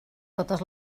totes